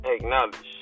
acknowledge